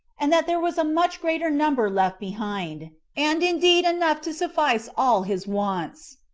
and that there was a much greater number left behind, and indeed enough to suffice all his wants,